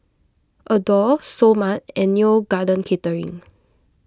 Adore Seoul Mart and Neo Garden Catering